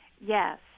Yes